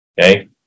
Okay